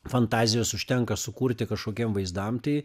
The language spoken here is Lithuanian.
fantazijos užtenka sukurti kažkokiem vaizdam tai